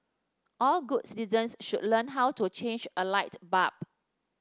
all good citizens should learn how to change a light bulb